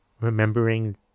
remembering